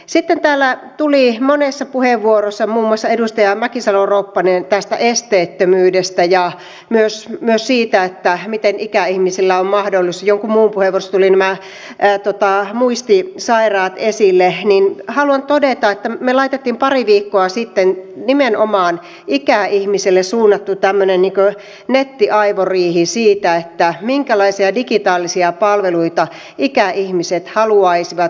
sitten kun täällä tuli monessa puheenvuorossa muun muassa edustaja mäkisalo ropposelta tästä esteettömyydestä ja myös siitä miten ikäihmisillä on mahdollisuus ja jonkun muun puheenvuorossa tulivat nämä muistisairaat esille niin haluan todeta että me laitoimme pari viikkoa sitten tämmöisen nimenomaan ikäihmiselle suunnatun nettiaivoriihen siitä minkälaisia digitaalisia palveluita ikäihmiset haluaisivat